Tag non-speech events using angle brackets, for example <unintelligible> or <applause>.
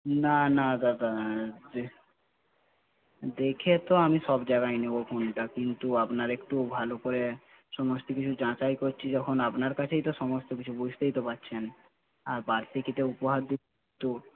না না দাদা <unintelligible> দেখে তো আমি সব জায়গায় নেবো ফোনটা কিন্তু আপনার একটু ভাল করে সমস্ত কিছু যাচাই করছি যখন আপনার কাছেই তো সমস্ত কিছু বুঝতেই তো পারছেন আর বাড়তি কিছু উপহার <unintelligible>